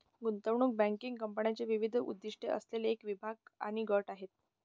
गुंतवणूक बँकिंग कंपन्यांचे विविध उद्दीष्टे असलेले अनेक विभाग आणि गट आहेत